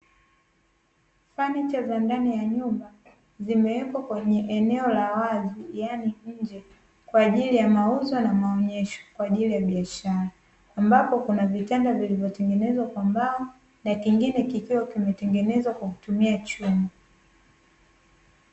Fanicha za ndani ya nyumba, zimewekwa kwenye eneo la wazi, yaani nje kwa ajili ya mauzo na maonyesho kwa ajili ya biashara, ambapo kuna vitanda vilivyotengenezwa kwa mbao na kingine kikiwa limetengenezwa kwa kutumia chuma.